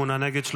נגד,